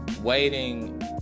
Waiting